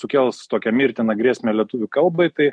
sukels tokią mirtiną grėsmę lietuvių kalbai tai